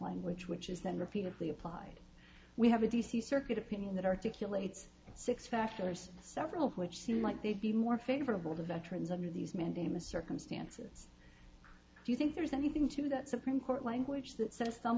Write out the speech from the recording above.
language which is then repeatedly applied we have a d c circuit opinion that articulate six factors several of which seem like they'd be more favorable to veterans under these mandamus circumstances do you think there's anything to that supreme court language that says some